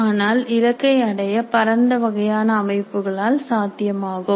ஆனால் இலக்கை அடைய பரந்த வகையான அமைப்புகளால் சாத்தியமாகும்